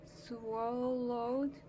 swallowed